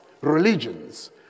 religions